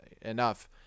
enough